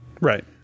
Right